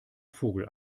vogel